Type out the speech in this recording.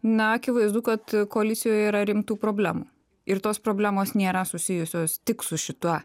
na akivaizdu kad koalicijoj yra rimtų problemų ir tos problemos nėra susijusios tik su šita